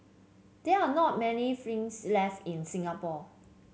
there are not many left in Singapore